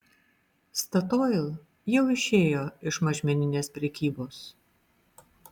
statoil jau išėjo iš mažmeninės prekybos